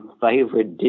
favorite